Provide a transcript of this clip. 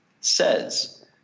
says